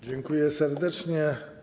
Dziękuję serdecznie.